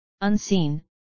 unseen